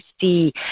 see